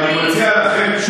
ואני מציע לכם,